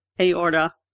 aorta